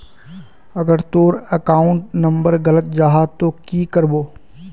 अगर तोर account number गलत जाहा ते की करबो?